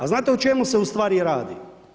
A znate o čemu se ustvari radi?